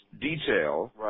detail